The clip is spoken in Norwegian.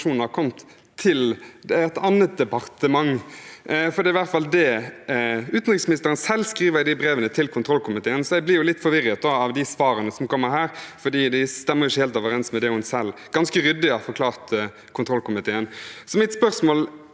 til et annet departement. Det er i hvert fall det utenriksministeren selv skriver i de brevene til kontrollkomiteen. Jeg blir litt forvirret av de svarene som kommer her, for de stemmer ikke helt overens med det hun selv, ganske ryddig, har forklart til kontrollkomiteen. Så mitt spørsmål i